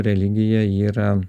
religija yra